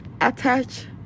Attach